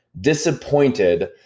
disappointed